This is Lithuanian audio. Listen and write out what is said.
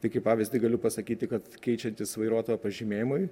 tai kaip pavyzdį galiu pasakyti kad keičiantis vairuotojo pažymėjimui